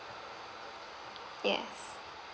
yes